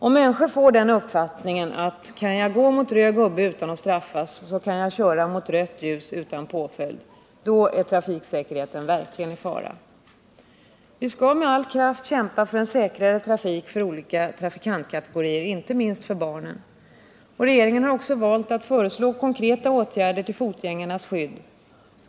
Om människor får en uppfattning innebärande att om de kan gå mot röd gubbe utan att straffas, så kan de också köra mot rött ljus utan påföljd, är trafiksäkerheten verkligen i fara. Vi skall med all kraft kämpa för en säkrare trafik för olika trafikantkategorier, inte minst för barnen. Regeringen har också valt att föreslå konkreta åtgärder till fotgängarnas skydd.